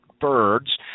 birds